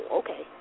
okay